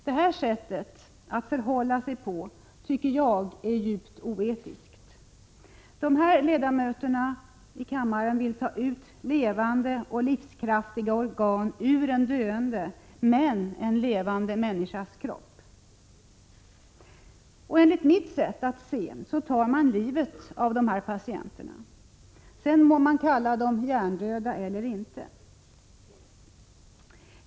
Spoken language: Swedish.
Detta sätt att förhålla sig tycker jag är djupt oetiskt. Dessa ledamöter i kammaren vill ta ut levande och livskraftiga organ ur en döende, men levande människas kropp. Enligt mitt sätt att se tar man livet av dessa patienter, sedan må de kallas hjärndöda eller ej.